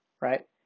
right